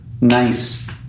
nice